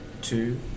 two